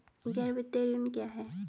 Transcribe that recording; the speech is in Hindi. गैर वित्तीय ऋण क्या है?